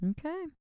Okay